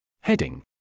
Heading